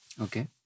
Okay